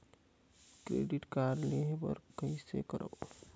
Credit card लेहे बर कइसे करव?